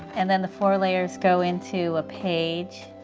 and then the four layers go into a page,